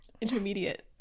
intermediate